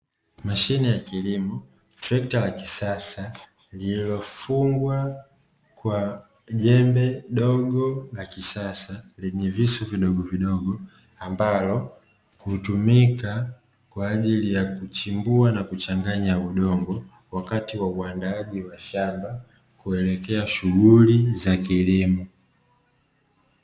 Mashine ya kilimo, trekta ya kisasa lililofungwa kwa jembe dogo la kisasa lenye visu vidogovidogo, ambalo hutumika kwa ajili ya kuchimbua na kuchanganya udongo wakati wa uandaaji wa shamba kuelekea shughuli za kilimo.